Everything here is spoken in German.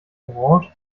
orange